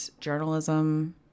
journalism